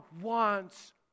wants